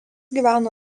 gyveno